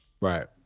right